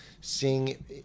seeing